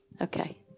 Okay